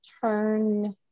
turn